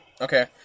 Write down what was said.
okay